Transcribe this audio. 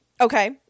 Okay